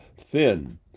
thin